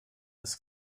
ist